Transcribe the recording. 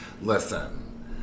listen